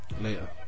Later